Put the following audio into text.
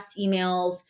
emails